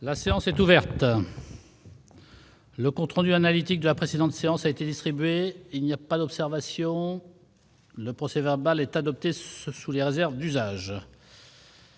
La séance est ouverte. Le compte rendu analytique de la précédente séance a été distribué. Il n'y a pas d'observation ?... Le procès-verbal est adopté sous les réserves d'usage.